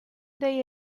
they